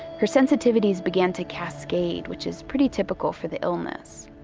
her sensitivities began to cascade which is pretty typical for the illness.